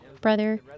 brother